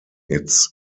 its